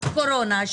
של קורונה,